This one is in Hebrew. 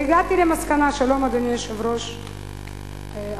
והגעתי למסקנה, שלום, אדוני היושב-ראש החדש.